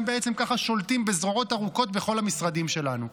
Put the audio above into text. ככה הם שולטים בזרועות ארוכות בכל המשרדים שלנו.